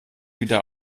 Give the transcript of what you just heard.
wieder